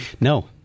No